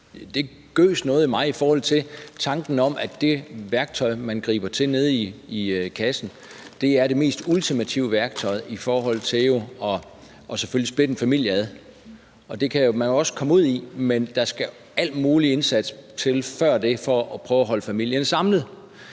det gøs noget i mig ved tanken om, at det værktøj, man griber til nede i kassen, er det mest ultimative værktøj i forhold til selvfølgelig at splitte en familie ad, og det kan man jo også komme ud i, men der skal alle mulige indsatser til før det for at prøve at holde familien samlet.